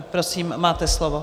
Prosím, máte slovo.